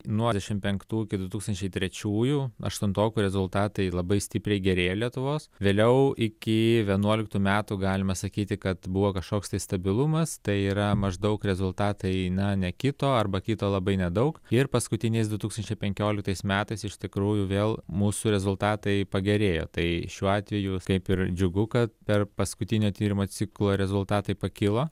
nuo devyniasdešim penktų iki du tūkstančiai trečiųjų aštuntokų rezultatai labai stipriai gerėja lietuvos vėliau iki vienuoliktų metų galime sakyti kad buvo kažkoks stabilumas tai yra maždaug rezultatai na nekito arba kito labai nedaug ir paskutiniais du tūkstančiai penkioliktais metais iš tikrųjų vėl mūsų rezultatai pagerėjo tai šiuo atveju kaip ir džiugu kad per paskutinio tyrimo ciklą rezultatai pakilo